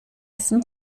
essen